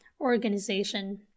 organization